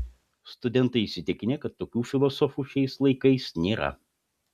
studentai įsitikinę kad tokių filosofų šiais laikais nėra